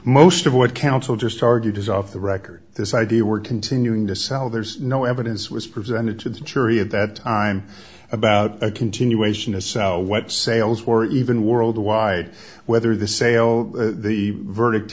most of what counsel just argued is off the record this idea we're continuing to sell there's no evidence was presented to the jury at that time about a continuation as so what sales or even worldwide whether the sale of the verdict